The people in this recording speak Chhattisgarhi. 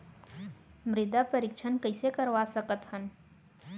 मृदा परीक्षण कइसे करवा सकत हन?